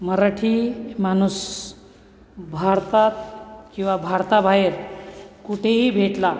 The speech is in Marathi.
मराठी माणूस भारतात किंवा भारताबाहेर कुठेही भेटला